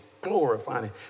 glorifying